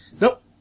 Nope